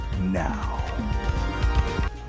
now